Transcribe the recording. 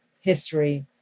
history